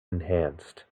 enhanced